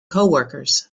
coworkers